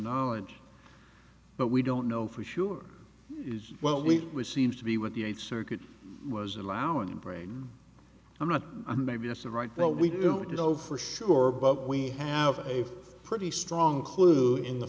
knowledge but we don't know for sure is well we seem to be with the eighth circuit was allowing brain i'm not a maybe it's the right but we don't you know for sure but we have a pretty strong clue in the